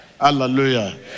Hallelujah